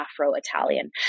Afro-Italian